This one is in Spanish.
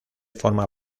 forma